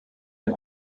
ein